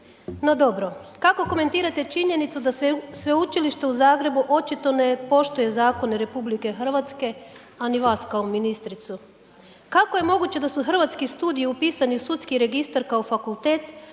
no dobro. Kako komentirate činjenicu da se Sveučilište u Zagrebu očito ne poštuje zakone RH, a ni vas kao ministricu? Kako je moguće da su Hrvatski studiji upisani u sudski registar kao fakultet,